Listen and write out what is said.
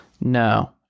No